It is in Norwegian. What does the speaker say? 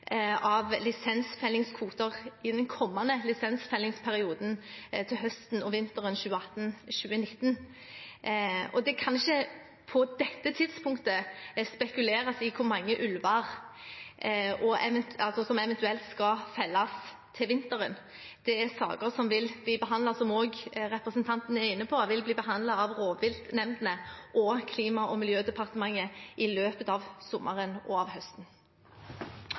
av lisensfellingskvoter i den kommende lisensfellingsperioden til høsten og vinteren 2018/2019. Det kan ikke på dette tidspunktet spekuleres i hvor mange ulver som eventuelt skal felles til vinteren. Det er saker som vil bli behandlet – som også representanten er inne på – av rovviltnemndene og Klima- og miljødepartementet i løpet av sommeren og høsten.